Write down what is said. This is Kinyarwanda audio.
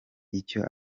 icyo